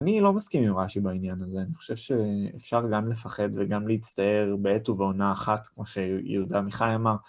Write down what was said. אני לא מסכים עם רשי בעניין הזה, אני חושב שאפשר גם לפחד וגם להצטער בעת ובעונה אחת, כמו שיהודה עמיחי אמר.